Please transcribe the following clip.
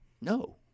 No